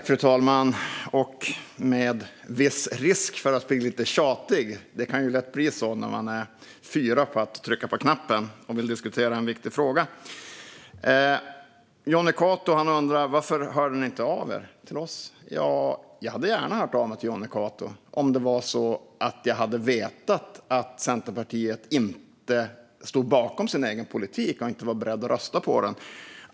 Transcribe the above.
Fru talman! Jag löper viss risk att bli lite tjatig, som det lätt kan bli när man är fyra som trycker på knappen och vill diskutera en viktig fråga. Jonny Cato undrar: Varför hörde ni inte av er till oss? Jag hade gärna hört av mig till Jonny Cato om jag hade vetat att man i Centerpartiet inte stod bakom sin egen politik och inte var beredda att rösta på den.